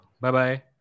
Bye-bye